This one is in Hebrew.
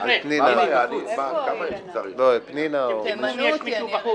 עד שנעזרתי בכדורי שינה כדי לישון בלילה.